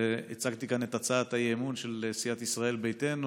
כשהצגתי כאן את הצעת האי-אמון של סיעת ישראל ביתנו,